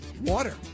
Water